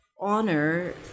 honor